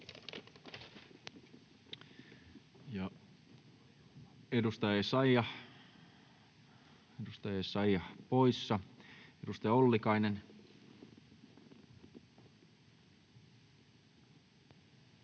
Edustaja Essayah poissa. — Edustaja Ollikainen.